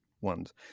ones